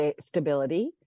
stability